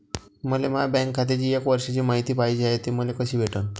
मले माया बँक खात्याची एक वर्षाची मायती पाहिजे हाय, ते मले कसी भेटनं?